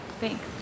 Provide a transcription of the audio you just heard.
thanks